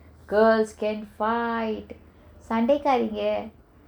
girls can fight சண்டைகாரிங்க:sandaikaaringa